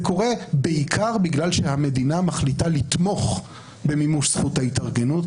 קורה בעיקר בגלל שהמדינה מחליטה לתמוך במימוש זכות ההתארגנות,